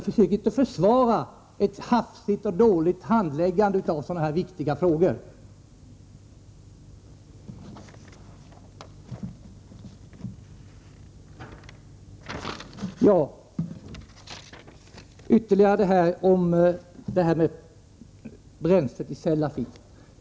Försök inte att försvara ett hafsigt och dåligt handläggande av så viktiga frågor!